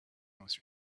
most